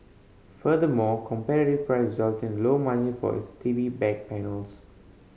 furthermore competitive price resulted in lower margins for its T V back panels